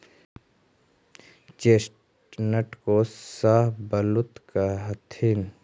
chestnut को शाहबलूत कहथीन